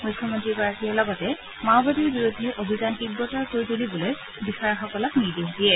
মুখ্যমন্ত্ৰীগৰাকীয়ে লগতে মাওবাদীৰ বিৰুদ্ধে অভিযান তীৱতৰ কৰি তুলিবলৈ বিষয়াসকলক নিৰ্দেশ দিয়ে